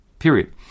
Period